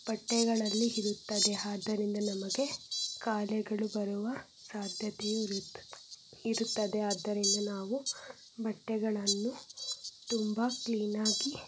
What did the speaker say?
ಬಟ್ಟೆಗಳಲ್ಲಿ ಇರುತ್ತದೆ ಆದ್ದರಿಂದ ನಮಗೆ ಕಾಯಿಲೆಗಳು ಬರುವ ಸಾಧ್ಯತೆಯೂ ಇರುತ್ತ ಇರುತ್ತದೆ ಆದ್ದರಿಂದ ನಾವು ಬಟ್ಟೆಗಳನ್ನು ತುಂಬ ಕ್ಲೀನಾಗಿ